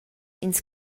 ins